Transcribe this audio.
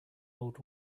old